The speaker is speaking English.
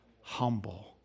humble